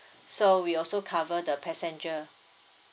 so we also cover the passenger